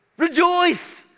Rejoice